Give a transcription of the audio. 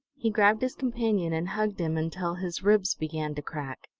he grabbed his companion and hugged him until his ribs began to crack.